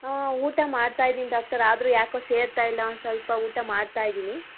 ಹ್ಞೂ ಊಟ ಮಾಡ್ತಾ ಇದೀನಿ ಡಾಕ್ಟರ್ ಆದರೂ ಯಾಕೋ ಸೇರ್ತಾ ಇಲ್ಲ ಒಂದು ಸ್ವಲ್ಪ ಊಟ ಮಾಡ್ತಾ ಇದ್ದೀನಿ